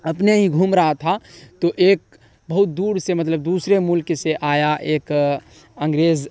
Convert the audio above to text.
اپنے ہی گھوم رہا تھا تو ایک بہت دور سے مطلب دوسرے ملک سے آیا ایک انگریز